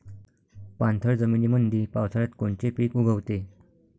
पाणथळ जमीनीमंदी पावसाळ्यात कोनचे पिक उगवते?